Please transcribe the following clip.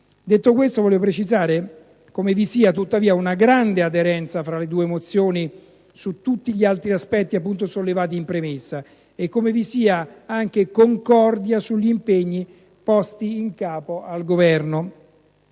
Detto questo, voglio precisare come vi sia, tuttavia, una grande aderenza fra le due mozioni su tutti gli altri aspetti sollevati in premessa e come vi sia anche concordia sugli impegni posti in capo al Governo.